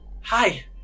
Hi